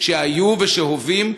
שהיו ושהווים.